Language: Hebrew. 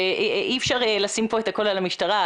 שאי אפשר לשים כאן את הכול על המשטרה.